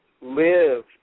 live